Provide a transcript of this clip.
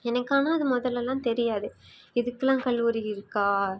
எனக்கானா அது முதலலாம் தெரியாது இதுக்கு எல்லாம் கல்லூரி இருக்கா